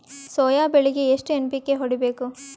Soya ಬೆಳಿಗಿ ಎಷ್ಟು NPK ಹೊಡಿಬೇಕು?